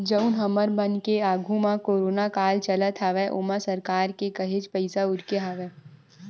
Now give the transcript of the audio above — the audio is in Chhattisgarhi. जउन हमर मन के आघू म कोरोना काल चलत हवय ओमा सरकार के काहेच पइसा उरके हवय